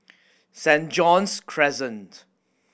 Saint John's Crescent